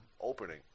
opening